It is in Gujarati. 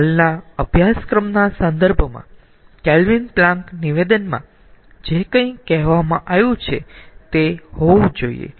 તેથી હાલના અભ્યાસક્રમના સંદર્ભમાં કેલ્વિન પ્લેન્ક નિવેદનમાં જે કંઇ કહેવામાં આવ્યું છે તે હોવું જોઈયે